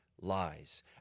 lies